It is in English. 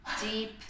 Deep